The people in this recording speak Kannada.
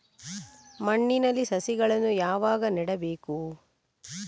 ಮಣ್ಣಿನಲ್ಲಿ ಸಸಿಗಳನ್ನು ಯಾವಾಗ ನೆಡಬೇಕು?